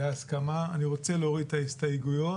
אני רוצה להוריד את ההסתייגויות,